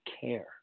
care